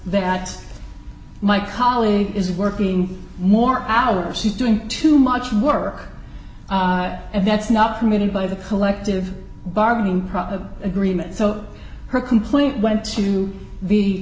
that my colleague is working more hours she's doing too much work and that's not permitted by the collective bargaining agreement so her complaint went to the